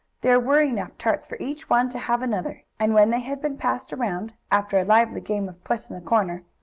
there were enough tarts for each one to have another, and, when they had been passed around, after a lively game of puss-in-the-corner,